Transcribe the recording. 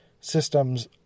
systems